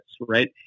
right